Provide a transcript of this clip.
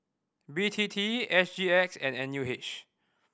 B T T S G X and N U H